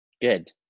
good